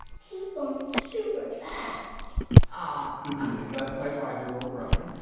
he's going super fast aww yeah. that's my five year old, rowan,